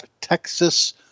Texas